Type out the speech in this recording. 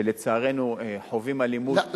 שלצערנו חווים אלימות,